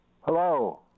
Hello